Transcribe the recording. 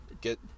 get